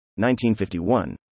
1951